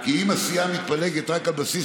הייתה לי הרגשה.